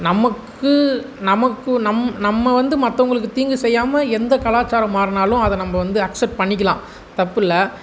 நமக்கு நமக்கு நம்ம நம்ம வந்து மற்றவங்களுக்கு தீங்கு செய்யாமல் எந்த கலாச்சாரமானாலும் அதை நம்ம வந்து அக்சப்ட் பண்ணிக்கலாம் தப்பு இல்லை